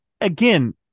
Again